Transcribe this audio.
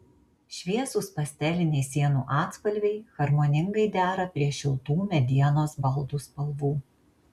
šviesūs pasteliniai sienų atspalviai harmoningai dera prie šiltų medienos baldų spalvų